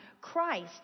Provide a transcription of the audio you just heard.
Christ